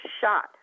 shot